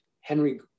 Henry